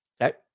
okay